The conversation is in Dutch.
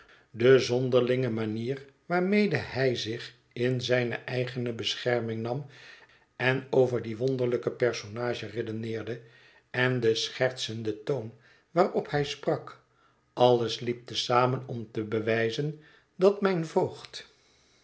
de zonderlinge manier waarmede hij zich in zijne eigene bescherming nam en over die wonderlijke personage redeneerde en de schertsende toon waarop hij sprak alles liep te zamen om te bewijzen dat mijn voogd